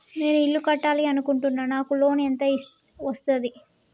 నేను ఇల్లు కట్టాలి అనుకుంటున్నా? నాకు లోన్ ఎంత వస్తది?